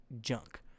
junk